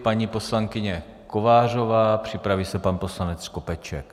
Paní poslankyně Kovářová, připraví se pan poslanec Skopeček.